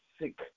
sick